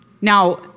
Now